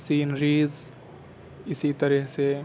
sceneries اسی طرح سے